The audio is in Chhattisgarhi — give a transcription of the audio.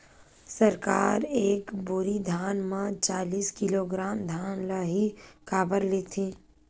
सरकार एक बोरी धान म चालीस किलोग्राम धान ल ही काबर लेथे?